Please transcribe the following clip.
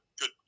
good